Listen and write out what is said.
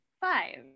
Five